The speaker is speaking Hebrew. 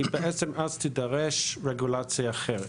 כי בעצם אז תידרש רגולציה אחרת.